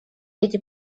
эти